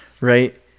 right